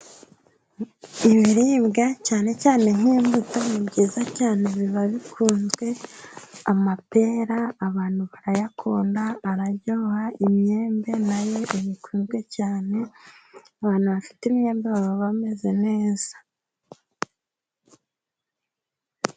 Ibiribwa cyane cyane nk'imbuto ni byiza cyane biba bikunzwe, amapera abantu barayakunda araryoha, imyembe nayo irakunzwe cyane, abantu bafite imyembe baba bameze neza.